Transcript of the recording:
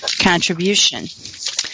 contribution